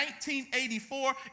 1984